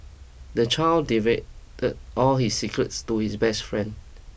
the child divulged all his secrets to his best friend